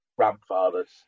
grandfather's